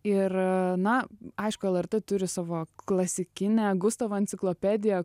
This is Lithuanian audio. ir na aišku lrt turi savo klasikinę gustavo enciklopediją